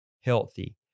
healthy